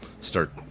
start